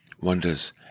wonders